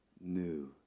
new